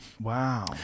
Wow